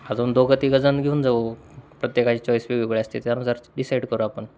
अजून दोघं तीघं जण घेऊन जाऊ प्रत्येकाचे चॉईस वेगवेगळ्या असते त्यानुसार डिसाईड करू आपण